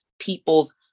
people's